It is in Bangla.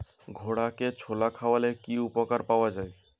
ঘোড়াকে ছোলা খাওয়ালে কি উপকার পাওয়া যায়?